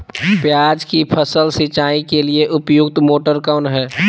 प्याज की फसल सिंचाई के लिए उपयुक्त मोटर कौन है?